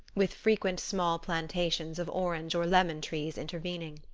with frequent small plantations of orange or lemon trees intervening.